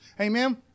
Amen